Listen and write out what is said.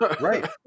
right